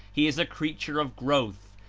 he is a creature of growth,